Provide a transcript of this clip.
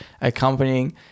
accompanying